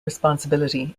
responsibility